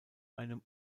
einem